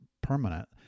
permanent